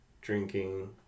drinking